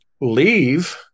leave